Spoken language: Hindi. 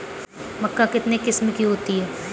मक्का कितने किस्म की होती है?